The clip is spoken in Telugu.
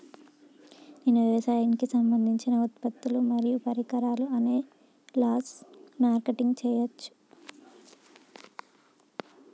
నేను వ్యవసాయానికి సంబంధించిన ఉత్పత్తులు మరియు పరికరాలు ఆన్ లైన్ మార్కెటింగ్ చేయచ్చా?